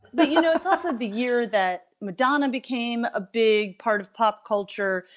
but, you know, it's half of the year that madonna became a big part of pop culture,